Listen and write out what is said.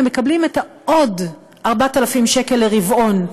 הם מקבלים עוד 4,000 שקל לרבעון,